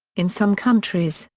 in some countries,